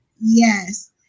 Yes